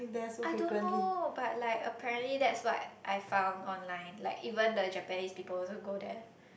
I don't know but like apparently that's what I found online like even the Japanese people also go there